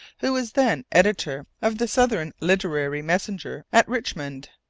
who was then editor of the southern literary messenger at richmond,